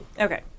Okay